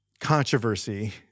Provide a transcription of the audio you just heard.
controversy